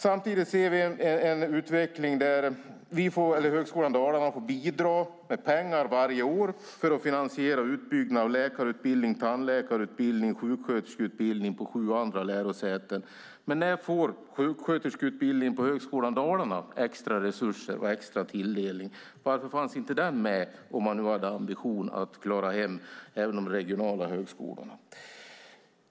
Samtidigt ser vi en utveckling där Högskolan Dalarna får bidra med pengar varje år för att finansiera utbyggnad av läkarutbildning, tandläkarutbildning och sjuksköterskeutbildning på sju andra lärosäten. Men när får sjuksköterskeutbildningen på Högskolan Dalarna extra resurser och extra tilldelning? Varför fanns inte den med, om man nu hade ambitionen att klara av även de regionala högskolorna?